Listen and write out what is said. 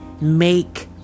make